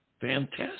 Fantastic